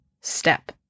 step